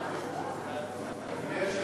אדוני היושב-ראש,